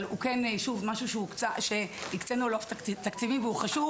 אבל הוא כן משהו שהקצינו לו תקציבים והוא חשוב.